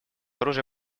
оружия